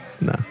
No